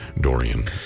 Dorian